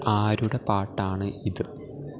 ആരുടെ പാട്ടാണ് ഇത്